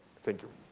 thank you.